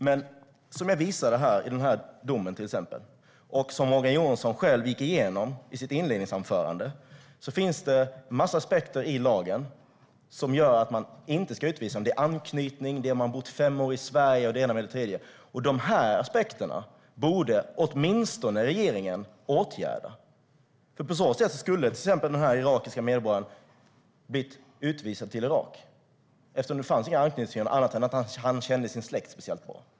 Men som jag visade med den dom jag refererade till och som Morgan Johansson själv gick igenom i sitt inledningsanförande finns det en massa aspekter i lagen som gör att man inte ska utvisa. Det handlar om anknytning, om man har bott fem år i Sverige och så vidare. Åtminstone de aspekterna borde regeringen åtgärda. På så sätt skulle till exempel den här irakiske medborgaren ha blivit utvisad till Irak, för det fanns inga anledningar annat än att han inte kände sin släkt bra.